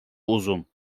uzun